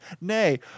Nay